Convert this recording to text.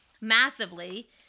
massively